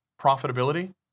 profitability